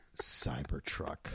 Cybertruck